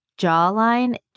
jawline